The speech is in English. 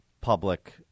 public